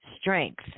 strength